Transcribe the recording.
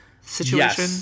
situation